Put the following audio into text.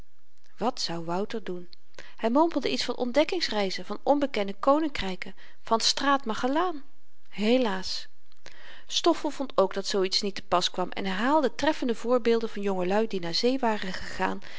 wat zou wouter doen hy mompelde iets van ontdekkingsreizen van onbekende koninkryken van straat magellaan helaas stoffel vond ook dat zoo iets niet te pas kwam en verhaalde treffende voorbeelden van jongelui die naar zee waren gegaan